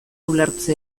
ulertze